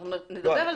אנחנו נדבר על זה.